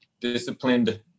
disciplined